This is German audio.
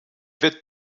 wird